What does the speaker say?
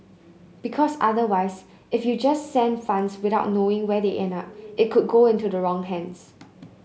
because otherwise if you just send funds without knowing where they end up it could go into the wrong hands